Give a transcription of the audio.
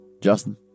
Justin